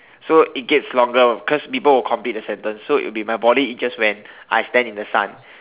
so it gets longer cause people will complete the sentence so it will be my body itches when I stand in the sun